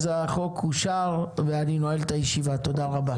אז החוק אושר ואני נועל את הישיבה, תודה רבה.